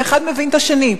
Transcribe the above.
ואחד מבין את השני.